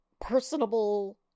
personable